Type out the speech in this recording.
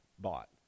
bought